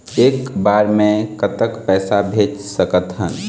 एक बार मे कतक पैसा भेज सकत हन?